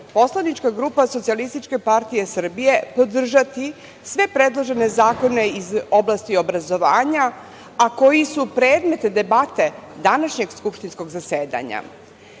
poslanička grupa SPS podržati sve predložene zakone iz oblasti obrazovanja, a koji su predmet debate današnjeg skupštinskog zasedanja. Iz